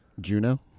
Juno